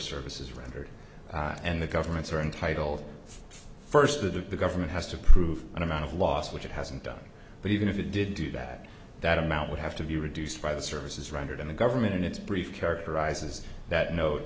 services rendered and the governments are entitled first to the government has to approve an amount of loss which it hasn't done but even if it did do that that amount would have to be reduced by the services rendered in the government and its brief characterizes that note